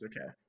okay